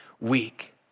weak